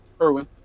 Irwin